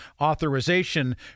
authorization